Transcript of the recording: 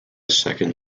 second